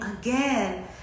again